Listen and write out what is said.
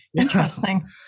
Interesting